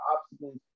obstacles